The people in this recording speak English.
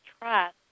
trust